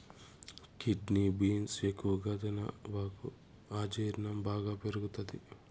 kidney beans ఎక్కువగా తినబాకు అజీర్ణం బాగా పెరుగుతది